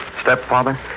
Stepfather